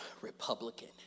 Republican